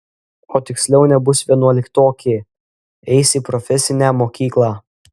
o tiksliau nebus vienuoliktokė eis į profesinę mokyklą